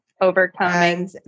overcoming